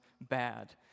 bad